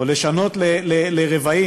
או לשנות לרבעים.